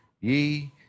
ye